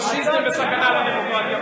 פאשיזם וסכנה לדמוקרטיה.